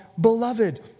beloved